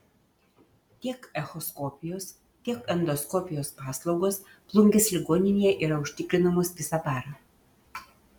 tiek echoskopijos tiek endoskopijos paslaugos plungės ligoninėje yra užtikrinamos visą parą